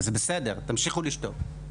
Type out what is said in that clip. וזה בסדר, תמשיכו לשתוק.